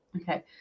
Okay